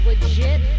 Legit